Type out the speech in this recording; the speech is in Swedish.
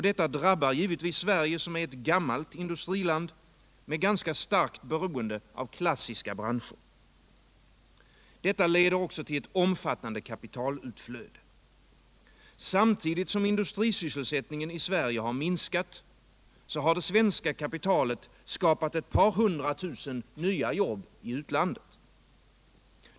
Detta drabbar givetvis Sverige, som ir ett gammalt industriland med ganska starkt beroende av klassiska branscher. Det leder också till ett omfattande kapitalutflöde. Samtidigt som industrisysselsättningen i Sverige minskat, har det svenska kapitalet skapat ett par hundra tusen nya jobb i utlandet.